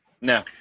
No